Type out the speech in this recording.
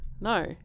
No